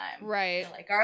Right